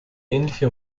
ähnliche